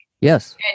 Yes